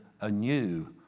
anew